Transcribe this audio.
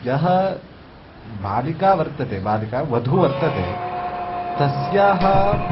या बालिका वर्तते बालिका वधूः वर्तते तस्याः